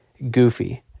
goofy